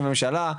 כממשלה,